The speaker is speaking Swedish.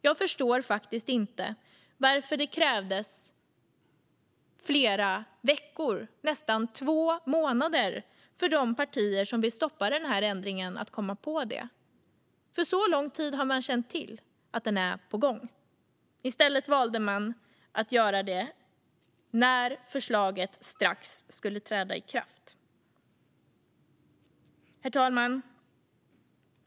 Jag förstår faktiskt inte varför det krävdes flera veckor, nästan två månader, för de partier som vill stoppa den här ändringen att komma på det. För så lång tid har man känt till att den är på gång. I stället valde man att göra det när förslaget strax skulle träda i kraft. Herr talman!